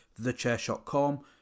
thechairshot.com